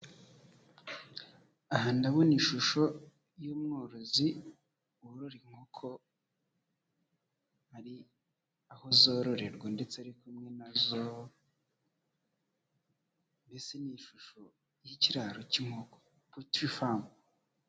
Aha ndabona ishusho y'umworozi worora inkoko, ari aho zororerwa ndetse ari kumwe nazo mbese ni ishusho y'ikiraro cy'inkoko Poultry farm.